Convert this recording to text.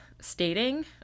stating